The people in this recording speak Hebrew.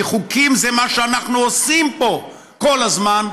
כי חוקים זה מה שאנחנו עושים פה כל הזמן,